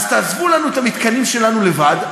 אז תעזבו לנו את המתקנים שלנו לבד,